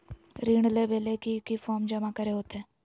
ऋण लेबे ले की की फॉर्म जमा करे होते?